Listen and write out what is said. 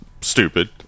stupid